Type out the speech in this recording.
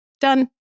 Done